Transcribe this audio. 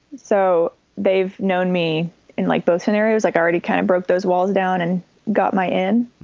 so they've known me in like both scenarios, like already kind of broke those walls down and got my end.